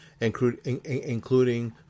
including